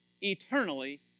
eternally